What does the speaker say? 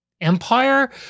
empire